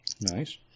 Nice